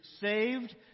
Saved